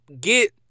get